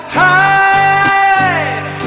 hide